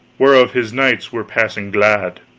whereof his knights were passing glad.